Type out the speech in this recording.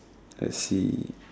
I see